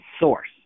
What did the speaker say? source